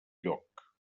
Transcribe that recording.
lloc